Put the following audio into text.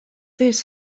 this